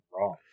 wrong